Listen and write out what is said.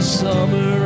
summer